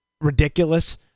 ridiculous